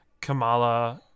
Kamala